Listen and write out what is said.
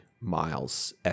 miles